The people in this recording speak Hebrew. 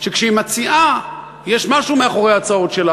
שכשהיא מציעה יש משהו מאחורי ההצעות שלה.